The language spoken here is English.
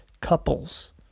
couples